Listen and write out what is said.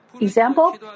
example